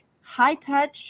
high-touch